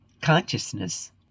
consciousness